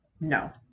no